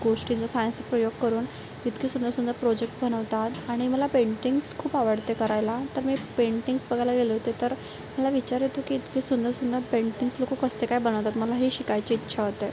गोष्टीचं सायन्सचं प्रयोग करून इतकी सुंदरसुंदर प्रोजेक्ट बनवतात आणि मला पेंटिंग्स खूप आवडते करायला तर मी पेंटिंग्स बघायला गेले होते तर मला विचार येतो की इतके सुंदरसुंदर पेंटिंग्स लोकं कसे काय बनवतात मला हे शिकायची इच्छा होते